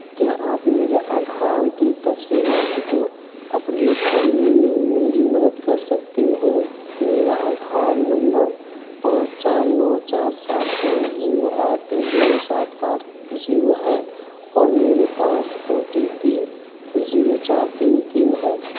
کیا آپ میرے آدھار کی تفصیلات کو اپڈیٹ کرنے میں میری مدد کر سکتے ہیں میرا آدھار نمبر پانچ چار نو چار سات پانچ زیرو آٹھ دو سات آٹھ زیرو ہے اور میرے پاس او ٹی پی زیرو چار تین تین ہے